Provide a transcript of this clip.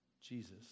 Jesus